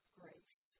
grace